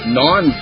non